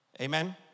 Amen